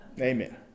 Amen